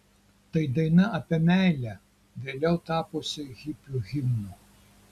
tai daina apie meilę vėliau tapusi hipių himnu